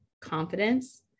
confidence